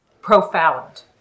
profound